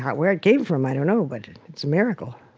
where it came from, i don't know. but it's a miracle,